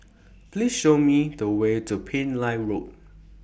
Please Show Me The Way to Pillai Road